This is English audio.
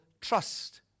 trust